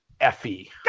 Effie